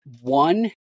one